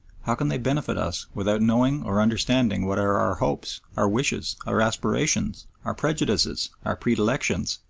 how can they benefit us without knowing or understanding what are our hopes, our wishes, our aspirations, our prejudices, our predilections?